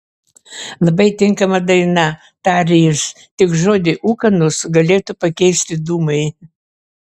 labai tinkama daina tarė jis tik žodį ūkanos galėtų pakeisti dūmai